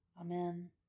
Amen